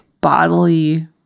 bodily